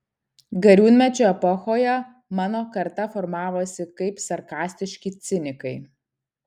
gariūnmečio epochoje mano karta formavosi kaip sarkastiški cinikai